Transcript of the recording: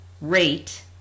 rate